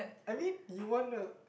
I mean you want to